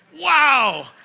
Wow